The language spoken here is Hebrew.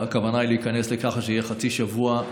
הכוונה היא להיכנס לכך שיהיה חצי שבוע,